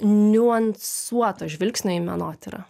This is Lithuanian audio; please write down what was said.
niuansuoto žvilgsnio į menotyrą